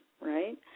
right